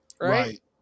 Right